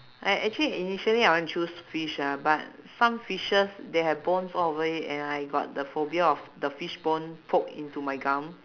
I actually initially I want to choose fish ah but some fishes they have bones all over it and I got the phobia of the fish bone poke into my gum